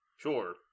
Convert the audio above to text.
sure